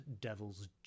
Devil's